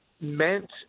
meant